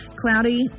cloudy